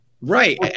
Right